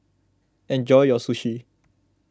enjoy your Sushi